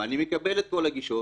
ואני מקבל את כל הגישות.